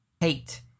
hate